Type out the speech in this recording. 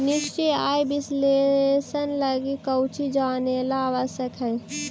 निश्चित आय विश्लेषण लगी कउची जानेला आवश्यक हइ?